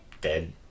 dead